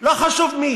לא חשוב מי.